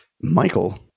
Michael